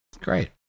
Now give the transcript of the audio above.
Great